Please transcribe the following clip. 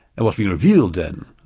and what's being revealed then,